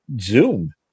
Zoom